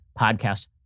podcast